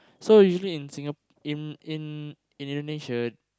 so usually in Singap~ in in Indonesia